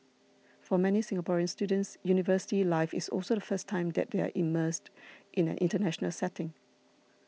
for many Singaporean students university life is also the first time that they are immersed in an international setting